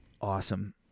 Awesome